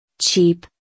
cheap